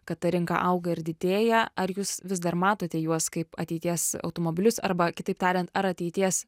kad ta rinka auga ir didėja ar jūs vis dar matote juos kaip ateities automobilius arba kitaip tariant ar ateities